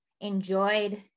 enjoyed